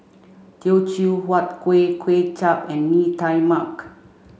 Teochew Huat Kuih Kway Chap and Mee Tai Mak